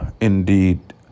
indeed